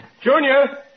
Junior